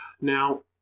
Now